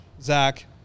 Zach